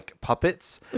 puppets